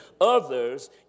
others